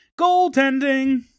goaltending